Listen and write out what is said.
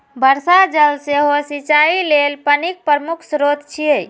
वर्षा जल सेहो सिंचाइ लेल पानिक प्रमुख स्रोत छियै